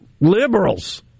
liberals